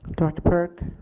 director burke.